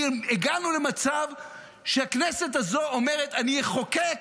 כי הגענו למצב שהכנסת הזו אומרת: אני אחוקק